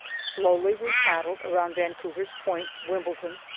slowly we paddled around vancouver's point, wimbledon,